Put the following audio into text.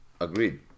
Agreed